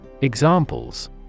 Examples